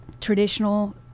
traditional